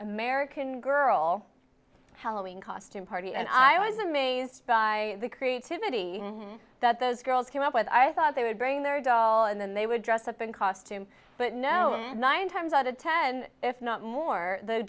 american girl halloween costume party and i was amazed by the creativity that those girls came up with i thought they would bring their goal and then they would dress up in costume but no nine times out of ten if not more the